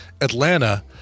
Atlanta